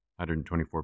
124